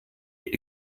die